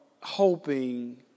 hoping